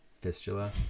Fistula